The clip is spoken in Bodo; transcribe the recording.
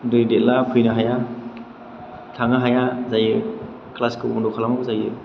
दै देरब्ला फैनो हाया थांनो हाया जायो क्लासखौ बन्द' खालामनांगौ जायो